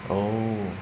oh